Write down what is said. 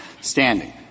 standing